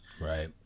right